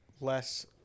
less